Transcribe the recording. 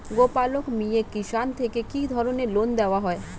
গোপালক মিয়ে কিষান থেকে কি ধরনের লোন দেওয়া হয়?